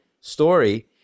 story